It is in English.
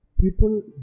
People